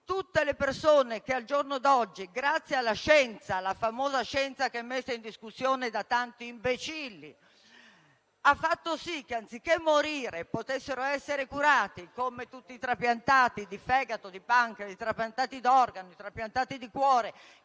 tutte le persone che al giorno d'oggi grazie alla scienza (la famosa scienza che è messa in discussione da tanti imbecilli), anziché morire, possono essere curate, come tutti i trapiantati di fegato, di pancreas, i trapiantati d'organo, i